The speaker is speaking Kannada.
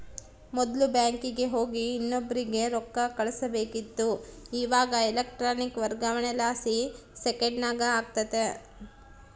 ಮೊದ್ಲು ಬ್ಯಾಂಕಿಗೆ ಹೋಗಿ ಇನ್ನೊಬ್ರಿಗೆ ರೊಕ್ಕ ಕಳುಸ್ಬೇಕಿತ್ತು, ಇವಾಗ ಎಲೆಕ್ಟ್ರಾನಿಕ್ ವರ್ಗಾವಣೆಲಾಸಿ ಸೆಕೆಂಡ್ನಾಗ ಆಗ್ತತೆ